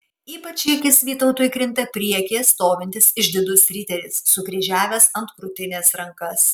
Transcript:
ypač į akis vytautui krinta priekyje stovintis išdidus riteris sukryžiavęs ant krūtinės rankas